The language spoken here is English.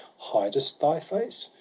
hidest thy face?